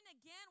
again